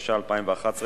התשע"א 2011,